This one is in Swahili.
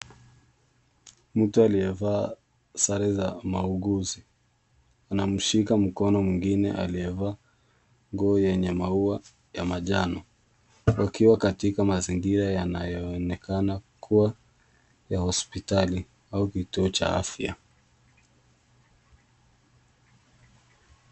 Mtu aliyevaa sare za mauguzi anamshika mkono mwingine aliyevaa nguo yenye maua ya manjano wakiwa katika mazingira yanayoonekana kuwa ya hospitali au kituo cha afya.